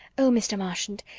oh, mr. marchant,